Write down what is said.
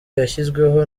yashyizweho